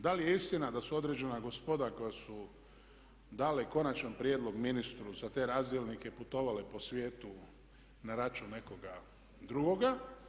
Da li je istina da su određena gospoda koja su dali konačan prijedlog ministru za te razdjelnike putovale po svijetu na račun nekoga drugoga.